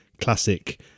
classic